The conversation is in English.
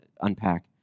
unpack